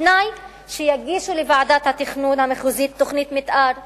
בתנאי שיגישו לוועדת התכנון המחוזית תוכנית מיתאר לבינוי,